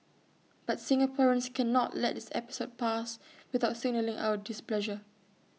but Singaporeans cannot let this episode pass without signalling our displeasure